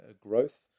growth